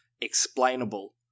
explainable